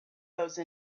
those